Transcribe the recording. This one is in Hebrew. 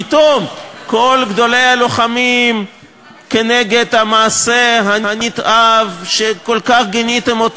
פתאום כל גדולי הלוחמים כנגד המעשה הנתעב שכל כך גיניתם,